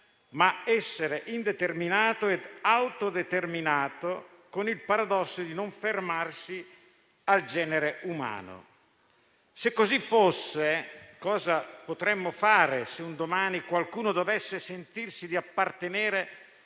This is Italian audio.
un essere indeterminato e autodeterminato, con il paradosso di non fermarsi al genere umano. Se così fosse, cosa potremmo fare, se un domani qualcuno dovesse sentirsi di appartenere